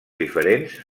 diferents